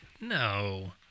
No